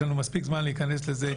יהיה לנו מספיק זמן להתייחס לזה.